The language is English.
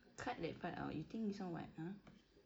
cut that part out you think this one what uh